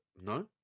No